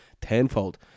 tenfold